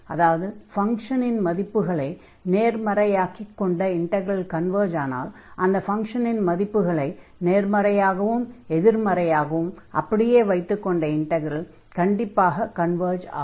அதாவது ஃபங்ஷனின் மதிப்புகளை நேர்மறையாக்கிக் கொண்ட இன்டக்ரல் கன்வர்ஜ் ஆனால் அந்த ஃபங்ஷனின் மதிப்புகளை நேர்மறையாகவும் எதிர்மறையாகவும் அப்படியே வைத்து கொண்ட இன்டக்ரல் கண்டிப்பாக கன்வர்ஜ் ஆகும்